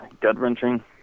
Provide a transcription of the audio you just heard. gut-wrenching